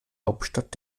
hauptstadt